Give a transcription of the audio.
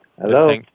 Hello